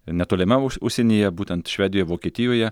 netolime už užsienyje būtent švedijoj vokietijoje